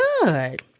good